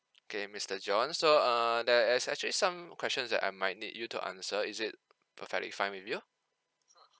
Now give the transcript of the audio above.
okay mister john so err there is actually some questions that I might need you to answer is it perfectly fine with you